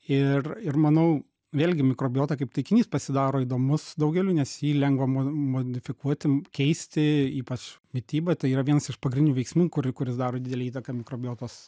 ir ir manau vėlgi mikrobiota kaip taikinys pasidaro įdomus daugeliui nes jį lengva mod modifikuoti keisti ypač mitybą tai yra vienas iš pagrindinių veiksnių kur kuris daro didelę įtaką mikrobiotos